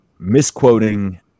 Misquoting